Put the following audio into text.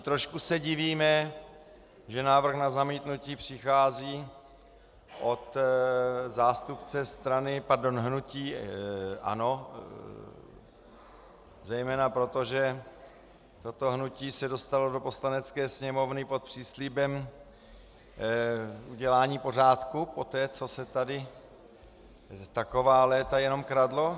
Trošku se divíme, že návrh na zamítnutí přichází od zástupce hnutí ANO, zejména proto, že toto hnutí se dostalo do Poslanecké sněmovny pod příslibem udělání pořádku poté, co se tady taková léta jenom kradlo.